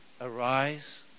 arise